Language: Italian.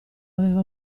aveva